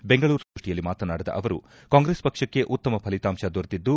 ಬೆಂಗಳೂರಿನಲ್ಲಿಂದು ಸುದ್ದಿಗೋಷ್ಠಿಯಲ್ಲಿ ಮಾತನಾಡಿದ ಅವರು ಕಾಂಗ್ರೆಸ್ ಪಕ್ಷಕ್ಕೆ ಉತ್ತಮ ಫಲಿತಾಂಶ ದೊರೆತಿದ್ದು